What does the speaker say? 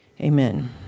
amen